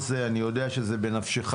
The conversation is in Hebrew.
וזה ראוי להערכה רבה.